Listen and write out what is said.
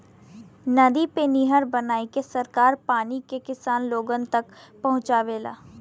नदी पे नहर बनाईके सरकार पानी के किसान लोगन तक पहुंचावेला